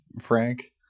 Frank